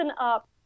Up